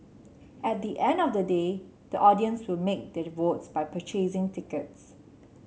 at the end of the day the audience to make their votes by purchasing tickets